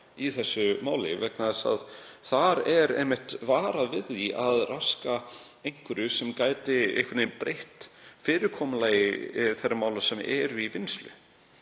í þessu máli vegna þess að þar er einmitt varað við því að raska einhverju sem gæti breytt fyrirkomulagi þeirra mála sem eru í vinnslu.